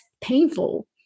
painful